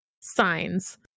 signs